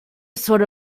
sort